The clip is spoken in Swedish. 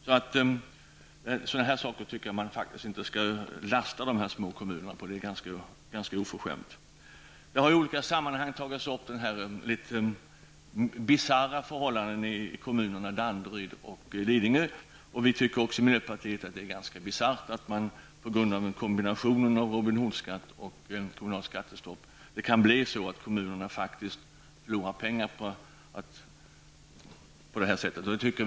Jag anser att det är ganska oförskämt att belasta dessa små kommuner med kostnader av det här slaget. Det har i olika sammanhang tagits upp de något bisarra förhållandena i kommunerna Danderyd och Lidingö. Det är ganska orimigt att kommunerna på grund av en kombination av en Robin Hood-skatt och ett kommunalt skattestopp förlorar pengar på det sätt som de gör.